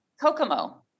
Kokomo